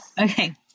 Okay